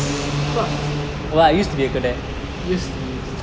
of course used to be